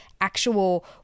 actual